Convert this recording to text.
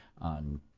on